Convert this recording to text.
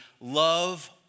love